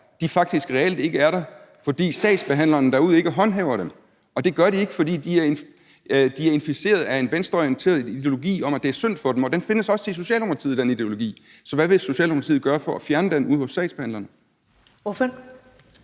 der, faktisk reelt ikke er der, fordi sagsbehandlerne derude ikke håndhæver dem. Og det gør de ikke, fordi de er inficeret med en venstreorienteret ideologi om, at det er synd for dem – og den ideologi findes også i Socialdemokratiet. Så hvad vil Socialdemokratiet gøre for at fjerne den ude hos sagsbehandlerne?